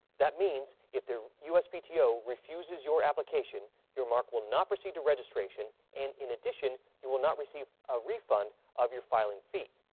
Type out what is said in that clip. that means if the uspto refuses your application, your mark will not proceed to registration and, in addition, you will not receive a refund of your filing fee.